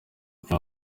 nta